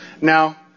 Now